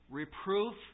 reproof